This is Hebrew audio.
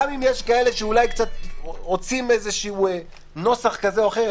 גם אם יש כאלה שרוצים נוסח כזה או אחר,